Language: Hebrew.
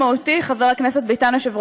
חברת הכנסת סתיו שפיר.